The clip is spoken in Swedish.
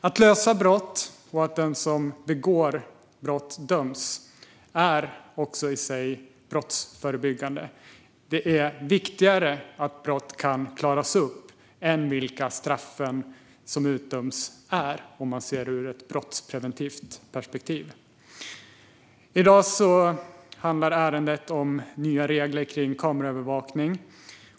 Att lösa brott, och att den som begår brott döms, är i sig brottsförebyggande. Det är viktigare att brott kan klaras upp än vilka straffen som utdöms är om man ser det ur ett brottspreventivt perspektiv. I dag handlar ärendet om nya regler för kameraövervakning.